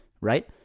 right